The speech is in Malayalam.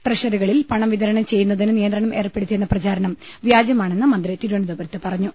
ട്രഷറികളിൽ പണം വിതരണം ചെയ്യുന്നതിന് നിയന്ത്രണം ഏർപ്പെടുത്തിയെന്ന പ്രചാരണം വ്യാജമാണെന്ന് മന്ത്രി തിരു വനന്തപുരത്ത് പറഞ്ഞു